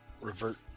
revert